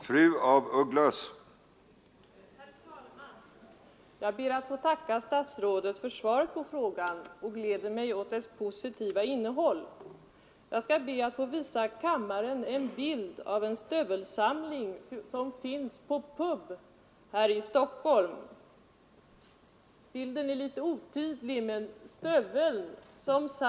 att minska olycksfallsrisken i rulltrappor